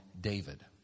David